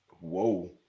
Whoa